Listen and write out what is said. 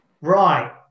Right